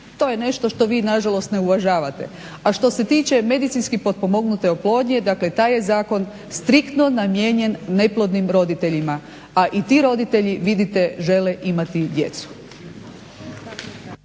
To je nešto što vi nažalost ne uvažavate. A što se tiče medicinski potpomognute oplodne dakle taj je zakon striktno namijenjen neplodnim roditeljima, a i ti roditelji vidite žele imati djecu.